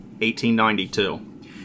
1892